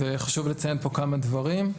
לציין פה כמה דברים.